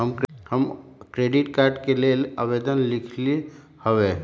हम credit card के लेल आवेदन लिखली हबे